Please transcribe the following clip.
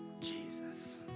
Jesus